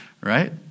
right